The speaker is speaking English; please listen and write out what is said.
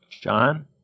John